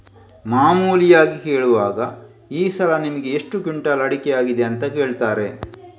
ಮಾಮೂಲಿಯಾಗಿ ಕೇಳುವಾಗ ಈ ಸಲ ನಿಮಿಗೆ ಎಷ್ಟು ಕ್ವಿಂಟಾಲ್ ಅಡಿಕೆ ಆಗಿದೆ ಅಂತ ಕೇಳ್ತಾರೆ